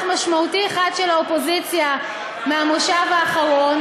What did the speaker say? משמעותי אחד של האופוזיציה מהמושב האחרון.